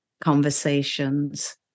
conversations